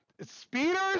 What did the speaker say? Speeders